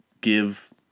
give